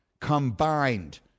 combined